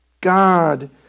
God